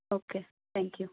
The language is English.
okay thank you